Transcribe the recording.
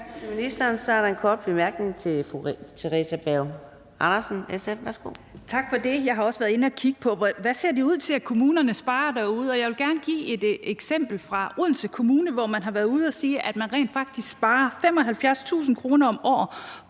Tak for det. Jeg har også været inde at kigge på, hvad det ser ud til, at kommunerne sparer derude. Jeg vil gerne give et eksempel fra Odense Kommune, hvor man har været ude at sige, at man rent faktisk sparer 75.000 kr. om året